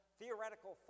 theoretical